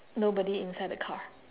nobody inside the car